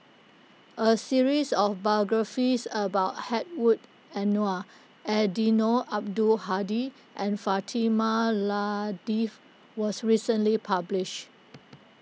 a series of biographies about Hedwig Anuar Eddino Abdul Hadi and Fatimah Lateef was recently published